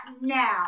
now